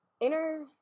inner